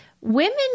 women